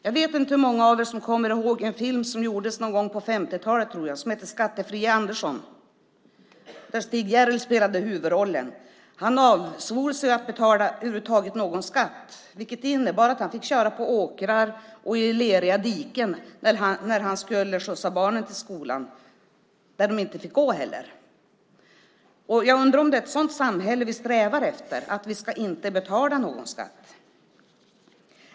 Jag vet inte hur många av er som kommer ihåg en film som gjordes någon gång på 1950-talet och som hette Skattefria Andersson , där Stig Järrel spelade huvudrollen. Han avsvor sig att över huvud taget betala någon skatt, vilket innebar att han fick köra på åkrar och i leriga diken när han skulle skjutsa barnen till skolan där de inte heller fick gå. Jag undrar om det är ett sådant samhälle vi strävar efter - att vi inte ska betala någon skatt.